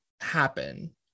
happen